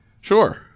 sure